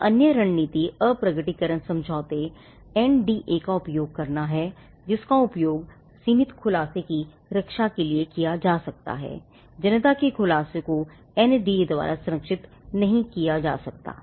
एक अन्य रणनीति अप्रकटीकरण द्वारा संरक्षित नहीं किया जा सकता है